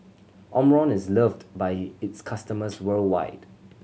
omron is loved by its customers worldwide